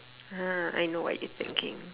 !huh! I know what you thinking